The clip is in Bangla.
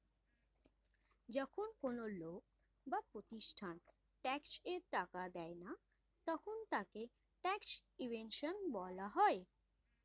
যখন কোন লোক বা প্রতিষ্ঠান ট্যাক্সের টাকা দেয় না তখন তাকে ট্যাক্স ইভেশন বলা হয়